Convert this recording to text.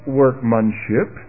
workmanship